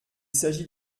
s’agit